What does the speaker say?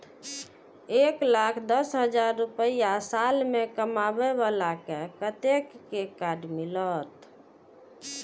एक लाख दस हजार रुपया साल में कमाबै बाला के कतेक के कार्ड मिलत?